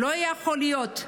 לא יכול להיות.